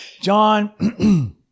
John